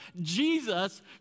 Jesus